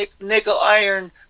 nickel-iron